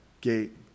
gate